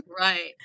Right